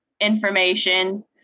information